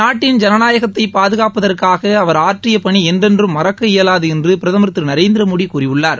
நாட்டின் ஜனநாயகத்தை பாதுகாப்பதற்காக அவர் ஆற்றிய பணி என்றென்றும் மறக்க இயலாது என்று பிரதமர் திரு நரேந்திரமோடி கூறியுள்ளார்